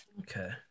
Okay